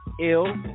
ill